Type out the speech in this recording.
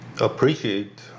appreciate